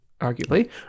arguably